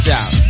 out